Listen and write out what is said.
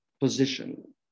position